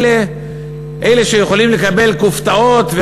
אלה שיכולים לקבל כופתאות,